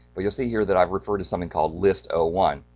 but you'll see here that i've referred to something called list ah one.